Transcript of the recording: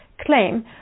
claim